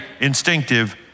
instinctive